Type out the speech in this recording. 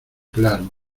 claro